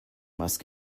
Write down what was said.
must